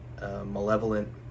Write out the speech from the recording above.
malevolent